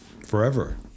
forever